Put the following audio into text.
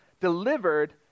delivered